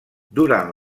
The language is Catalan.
durant